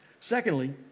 Secondly